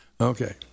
Okay